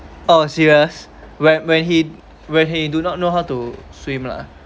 oh serious when when he when he do not know how to swim lah